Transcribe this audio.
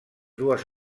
dues